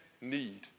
need